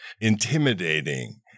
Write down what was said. intimidating